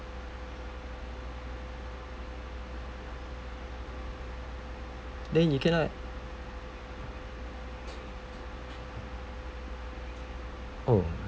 then you can I oh